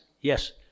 yes